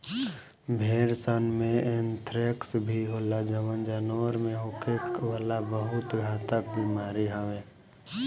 भेड़सन में एंथ्रेक्स भी होला जवन जानवर में होखे वाला बहुत घातक बेमारी हवे